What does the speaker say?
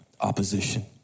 opposition